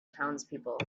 townspeople